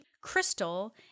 Crystal